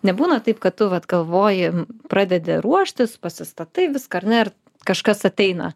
nebūna taip kad tu vat galvoji pradedi ruoštis pasistatai viską ar ne ir kažkas ateina